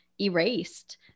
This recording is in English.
erased